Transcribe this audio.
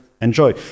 enjoy